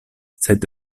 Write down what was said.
sed